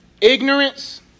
ignorance